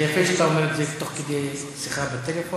זה יפה שאתה אומר את זה תוך כדי שיחה בטלפון.